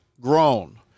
grown